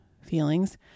feelings